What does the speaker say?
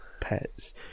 pets